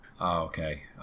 okay